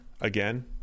again